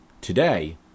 Today